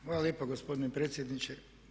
Hvala lijepo gospodine predsjedniče.